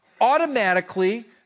automatically